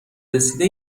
رسیده